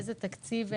באיזה תקציב זה?